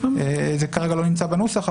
זה כרגע לא נמצא בנוסח,